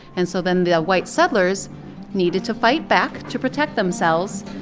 and so then the white settlers needed to fight back to protect themselves.